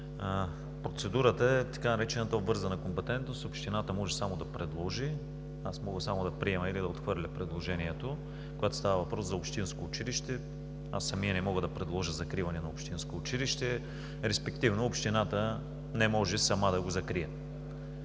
Процедурата е така наречената обвързана компетентност: общината може само да предложи, аз мога само да приема или да отхвърля предложението. Когато става въпрос за общинско училище, аз самият не мога да предложа закриване на общинско училище, респективно Общината не може сама да го закрие.